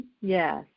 Yes